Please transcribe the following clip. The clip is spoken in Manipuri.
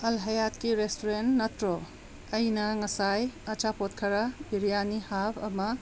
ꯑꯜ ꯍꯥꯌꯥꯠꯀꯤ ꯔꯦꯁꯇꯨꯔꯦꯟ ꯅꯠꯇ꯭ꯔꯣ ꯑꯩꯅ ꯉꯁꯥꯏ ꯑꯆꯥꯄꯣꯠ ꯈꯔ ꯕꯤꯔꯌꯥꯅꯤ ꯍꯥꯐ ꯑꯃ